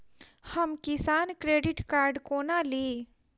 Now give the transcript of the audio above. हम Kisan credit card कोना ली?